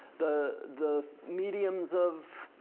the the mediums of